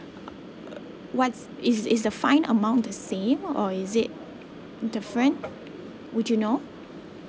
uh what's is is the fine amount the same or is it different would you know